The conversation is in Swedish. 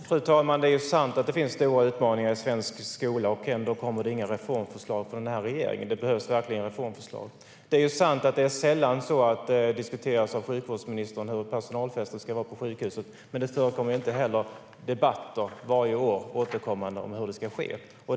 Fru talman! Det är sant att det finns stora utmaningar i svensk skola. Men ändå kommer det inga reformförslag från den här regeringen. Det behövs verkligen reformförslag. Det är sant att det sällan diskuteras av sjukvårdsministern hur personalfesten på sjukhuset ska vara. Men det förekommer inte heller debatter återkommande varje år om hur det ska ske.